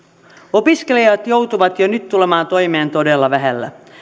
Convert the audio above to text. opiskelijat joutuvat jo nyt tulemaan toimeen todella vähällä